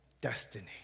destiny